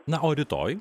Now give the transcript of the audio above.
na o rytoj